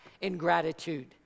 ingratitude